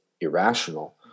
irrational